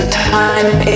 time